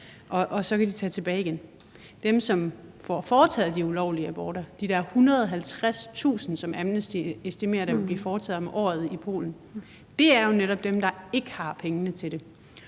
og så kan de tage tilbage igen. Dem, som får foretaget de ulovlige aborter, de der 150.000, som Amnesty estimerer der vil blive foretaget om året i Polen, er jo netop dem, der ikke har pengene til det.